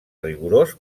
rigorós